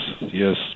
yes